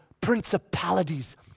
principalities